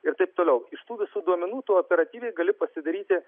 ir taip toliau iš tų visų duomenų tu operatyviai gali pasidaryti